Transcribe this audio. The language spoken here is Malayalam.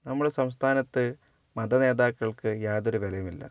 നമ്മുടെ സംസ്ഥാനത്ത് മത നേതാക്കൾക്ക് യാതൊരു വിലയും ഇല്ല